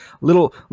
little